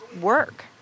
work